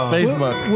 Facebook